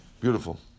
Beautiful